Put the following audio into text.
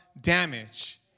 damage